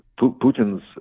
Putin's